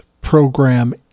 program